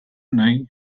nahi